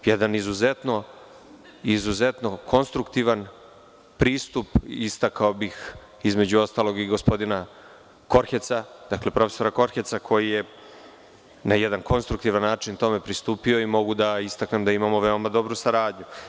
Jedan izuzetno konstruktivan pristup, istakao bih, između ostalog i gospodina profesora Korheca, koji je na jedan konstruktivan način tome pristupio i mogu da istaknem da imamo veoma dobru saradnju.